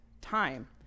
time